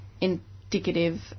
indicative